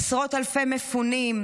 עשרות אלפי מפונים,